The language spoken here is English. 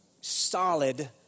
solid